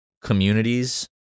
communities